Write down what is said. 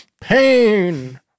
pain